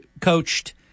coached